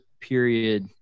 period